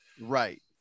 Right